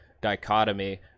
dichotomy